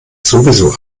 sowieso